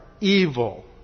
evil